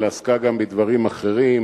אלא עסקה גם בדברים אחרים,